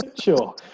Sure